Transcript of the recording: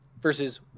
versus